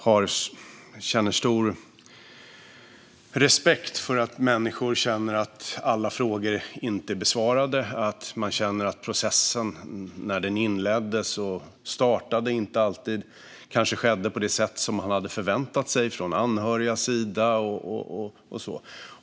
Jag har stor respekt för att människor känner att alla frågor inte är besvarade och att processen när den inleddes och startade kanske inte alltid skedde på det sätt som man hade förväntat sig från anhörigas sida.